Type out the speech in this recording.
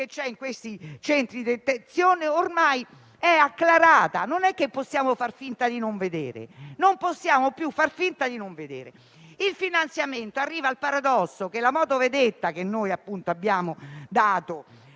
in questi centri di detenzione ormai è acclarata. Non è che possiamo far finta di non vedere; non possiamo più far finta di non vedere. Il finanziamento arriva al paradosso che la motovedetta che abbiamo dato